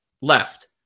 left